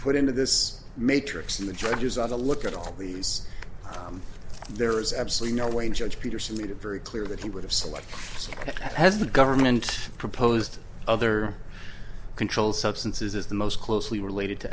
put into this matrix of the judges are to look at all these i'm there is absolutely no way to judge peterson made it very clear that he would have selected as the government proposed other controlled substances is the most closely related to